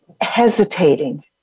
hesitating